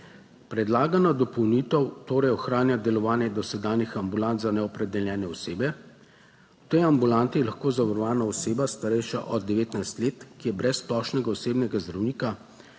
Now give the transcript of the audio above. Predlagana dopolnitev torej ohranja delovanje dosedanjih ambulant za neopredeljene osebe. V tej ambulanti je lahko zavarovana oseba starejša od 19 let, ki je brez splošnega osebnega zdravnika,